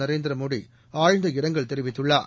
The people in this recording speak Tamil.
நரேந்திர மோடி ஆழ்ந்த இரங்கல் தெரிவித்துள்ளார்